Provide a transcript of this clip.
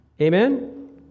Amen